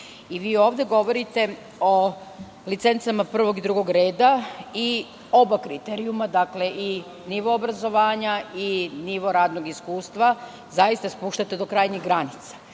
ovde govorite o licencama prvog i drugog reda i oba kriterijuma – i nivo obrazovanja i nivo radnog iskustva zaista spuštate do krajnjih granica.